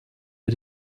wir